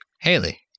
Haley